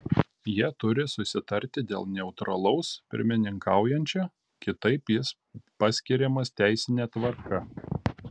jie turi susitarti dėl neutralaus pirmininkaujančio kitaip jis paskiriamas teisine tvarka